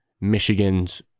Michigan's